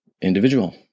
individual